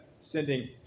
sending